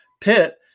Pitt